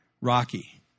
Rocky